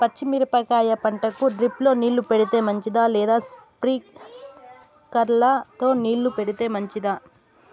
పచ్చి మిరపకాయ పంటకు డ్రిప్ తో నీళ్లు పెడితే మంచిదా లేదా స్ప్రింక్లర్లు తో నీళ్లు పెడితే మంచిదా?